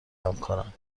همکارم